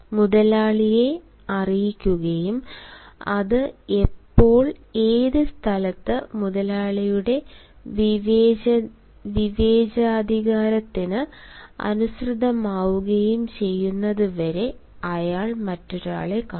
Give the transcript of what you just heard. മുതലാളിയെ അറിയിക്കുകയും അത് എപ്പോൾ ഏത് സ്ഥലത്ത് മുതലാളിയുടെ വിവേചനാധികാരത്തിന് അനുസൃതമാവുകയും ചെയ്യുന്നതുവരെ അയാൾ മറ്റൊരാളെ കാണും